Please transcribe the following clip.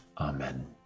Amen